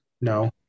No